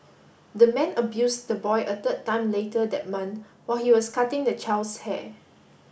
the man abuse the boy a third time later that month while he was cutting the child's hair